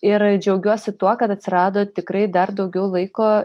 ir džiaugiuosi tuo kad atsirado tikrai dar daugiau laiko